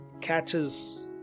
catches